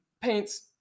paints